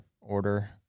order